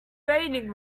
raining